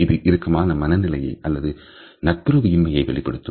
இது இறுக்கமான மன நிலையை அல்லதுநட்புறவு இன்மையை வெளிப்படுத்தும்